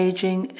Aging